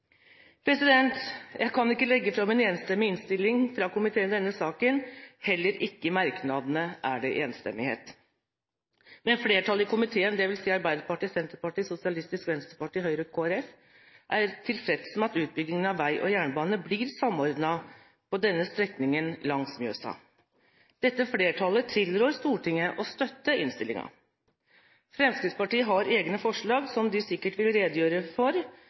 Jeg kan ikke legge fram en enstemmig innstilling fra komiteen i denne saken. Heller ikke i merknadene er det enstemmighet, men flertallet i komiteen, dvs. Arbeiderpartiet, Senterpartiet, Sosialistisk Venstreparti, Høyre og Kristelig Folkeparti, er tilfreds med at utbyggingen av vei og jernbane blir samordnet på denne strekningen langs Mjøsa. Dette flertallet tilrår Stortinget å støtte innstillingen. Fremskrittspartiet har egne forslag, som de sikkert vil redegjøre for,